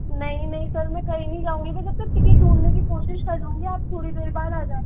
नहीं नहीं सर मैं कही नहीं जाऊँगी में तब तक टिकट ढूंढ ने कि कोशिश करूंगी आप थोड़ी देर बाद आ जाना